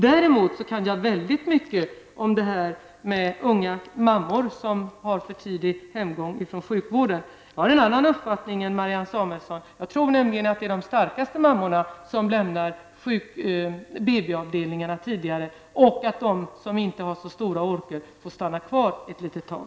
Däremot kan jag väldigt mycket om unga mammor och tidig hemgång från sjukvården. Jag har en annan uppfattning än Marianne Samuelsson. Jag tror nämligen att det är de starkaste mammorna som lämnar BB-avdelningarna tidigare och att de som inte har så mycket ork får stanna kvar ett litet tag.